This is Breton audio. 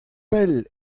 pell